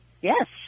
yes